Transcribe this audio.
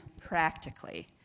practically